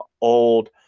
old